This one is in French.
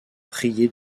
prié